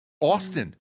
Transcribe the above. Austin